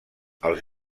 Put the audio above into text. els